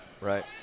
right